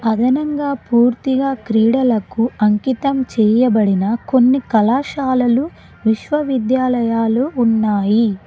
అదనంగా పూర్తిగా క్రీడలకు అంకితం చెయ్యబడిన కొన్ని కళాశాలలు విశ్వవిద్యాలయాలు ఉన్నాయి